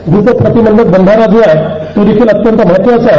धूपप्रतिबधक बधार जो आहे तो देखिल अत्यंत महत्वाचा आहे